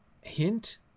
hint